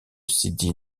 sidi